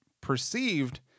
perceived